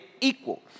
equal